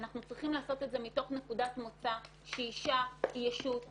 אנחנו צריכים לעשות את זה מתוך נקודת מוצא שאישה היא ישות עצמאית,